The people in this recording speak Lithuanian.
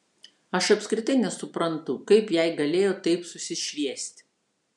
aš apskritai nesuprantu kaip jai galėjo taip susišviest